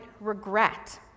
regret